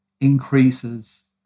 increases